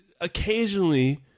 occasionally